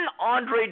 Andre